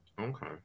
Okay